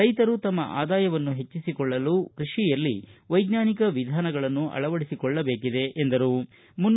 ರೈತರು ತಮ್ಮ ಆದಾಯವನ್ನು ಹೆಚ್ಚಿಸಿಕೊಳ್ಳಲು ಕೃಷಿಯಲ್ಲಿ ವೈಜ್ಞಾನಿಕ ವಿಧಾನಗಳನ್ನು ಅಳವಡಿಸಿಕೊಳ್ಳಬೇಕಿದೆ ಎಂದರು